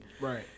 Right